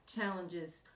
challenges